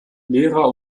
lehrer